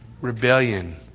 rebellion